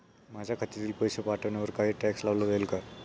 माझ्या खात्यातील पैसे पाठवण्यावर काही टॅक्स लावला जाईल का?